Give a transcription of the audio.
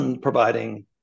providing